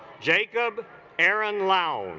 jacob aaron lao